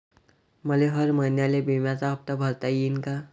मले हर महिन्याले बिम्याचा हप्ता भरता येईन का?